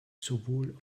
sowohl